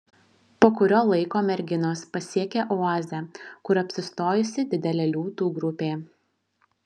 po kurio laiko merginos pasiekia oazę kur apsistojusi didelė liūtų grupė